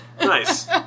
Nice